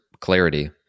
clarity